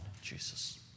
Jesus